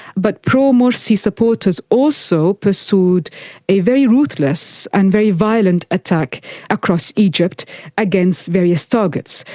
but pro-morsi supporters also pursued a very ruthless and very violent attack across egypt against various targets.